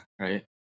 Right